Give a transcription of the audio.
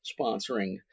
sponsoring